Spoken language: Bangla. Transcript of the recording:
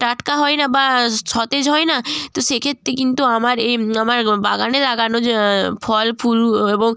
টাটকা হয় না বা সতেজ হয় না তো সেক্ষেত্রে কিন্তু আমার এই আমার বাগানে লাগানো ফল ফুল এবং